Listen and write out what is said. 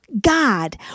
God